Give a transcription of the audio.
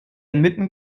inmitten